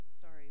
Sorry